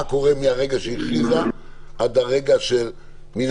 מה קורה מהרגע שהיא הכריזה עד הרגע שמן